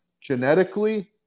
Genetically